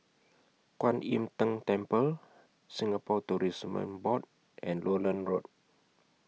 Kuan Im Tng Temple Singapore Tourism Board and Lowland Road